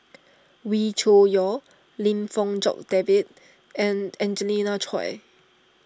Wee Cho Yaw Lim Fong Jock David and Angelina Choy